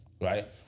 right